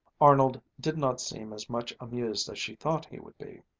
arnold did not seem as much amused as she thought he would be.